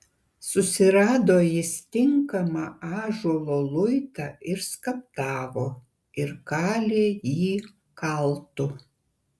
susirado jis tinkamą ąžuolo luitą ir skaptavo ir kalė jį kaltu